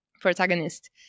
protagonist